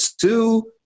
two